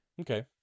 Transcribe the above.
Okay